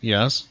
Yes